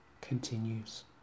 continues